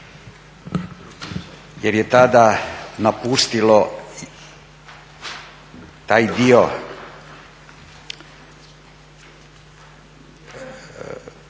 jer je tada napustilo taj dio